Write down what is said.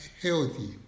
healthy